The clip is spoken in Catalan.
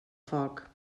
foc